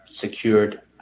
secured